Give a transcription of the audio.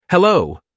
Hello